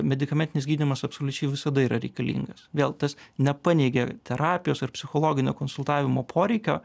medikamentinis gydymas absoliučiai visada yra reikalingas vėl tas nepaneigia terapijos ir psichologinio konsultavimo poreikio